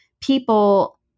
people